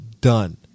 done